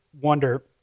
wonder